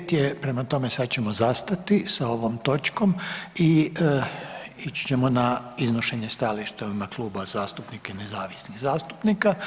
1 i 5 je, prema tome sad ćemo zastati sa ovom tokom i ići ćemo na Iznošenje stajališta u ime klubova zastupnika i nezavisnih zastupnika.